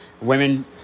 Women